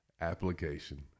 application